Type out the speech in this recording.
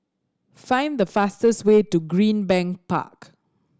find the fastest way to Greenbank Park